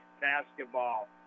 basketball